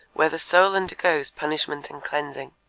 where the soul undergoes punishment and cleansing.